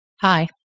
Hi